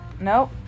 Nope